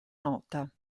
nota